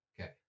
Okay